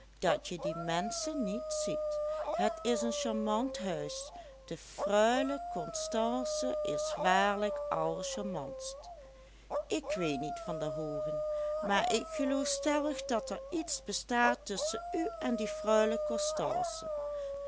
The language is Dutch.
dat je die menschen niet ziet het is een charmant huis de freule constance is waarlijk allercharmantst ik weet niet van der hoogen maar ik geloof stellig dat er iets bestaat tusschen u en die